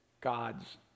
God's